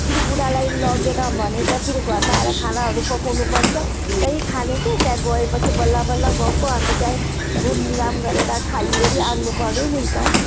फेरि बुढालाई लगेन भने त फेरि घरमा आएर खानाहरू पकाउनु पर्छ त्यही खाने के त्यहाँ गए पछि बल्ल बल्ल गएको अन्त त्यही घुमघाम गरेर खाइवरी आउनु पर्यो नि त